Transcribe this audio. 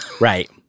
Right